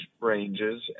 ranges